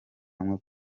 hamwe